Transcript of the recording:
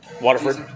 Waterford